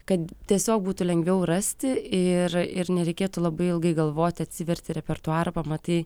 kad tiesiog būtų lengviau rasti ir ir nereikėtų labai ilgai galvoti atsiverti repertuarą pamatai